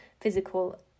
physical